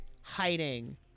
hiding